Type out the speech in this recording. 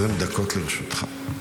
20 דקות לרשותך.